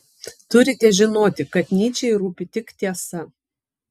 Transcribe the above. turite žinoti kad nyčei rūpi tik tiesa